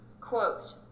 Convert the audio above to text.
Quote